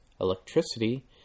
electricity